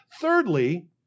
Thirdly